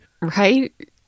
Right